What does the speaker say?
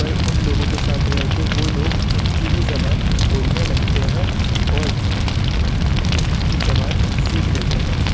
پر ان لوگوں کے ساتھ رہ کے وہ لوگ ان کی ہی زبان بولنے لگتے ہیں اور ان کی زبان سیکھ لیتے ہیں